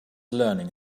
learning